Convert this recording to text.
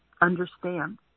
Understand